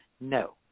No